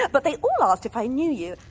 but but they all asked if i knew you,